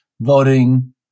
voting